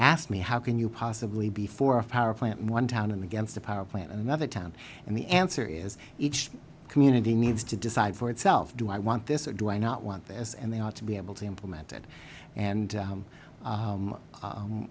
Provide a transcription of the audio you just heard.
asked me how can you possibly before a power plant in one town i'm against a power plant in another town and the answer is each community needs to decide for itself do i want this or do i not want this and they ought to be able to implement it and